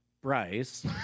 Bryce